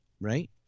right